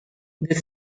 this